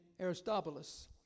Aristobulus